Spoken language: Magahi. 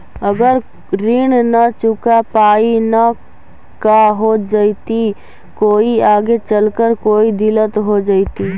अगर ऋण न चुका पाई न का हो जयती, कोई आगे चलकर कोई दिलत हो जयती?